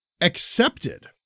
accepted